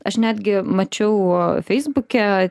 aš netgi mačiau feisbuke